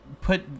put